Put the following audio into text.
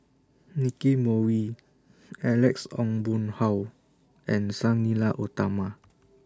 Nicky Moey Alex Ong Boon Hau and Sang Nila Utama